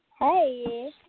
Hey